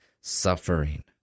suffering